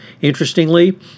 Interestingly